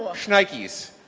ah schnikies.